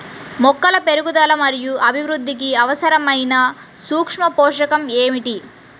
మొక్కల పెరుగుదల మరియు అభివృద్ధికి అవసరమైన సూక్ష్మ పోషకం ఏమిటి?